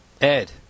Ed